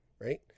right